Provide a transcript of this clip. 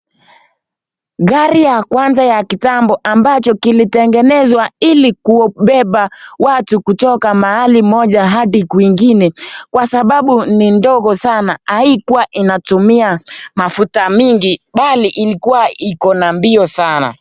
Gari ya kwanza ya kitambo ambacho kilitengenezwa ili kubeba watu kutoka mahali moja hadi kwingine kwa sababu ni ndogo sana haikuwa inatumia mafuta mingi bali ilikuwa iko na mbio sana.